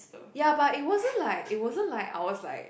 ya but it wasn't like it wasn't like I was like